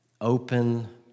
open